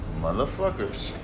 motherfuckers